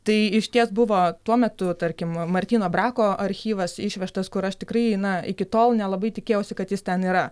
tai išties buvo tuo metu tarkim martyno brako archyvas išvežtas kur aš tikrai na iki tol nelabai tikėjausi kad jis ten yra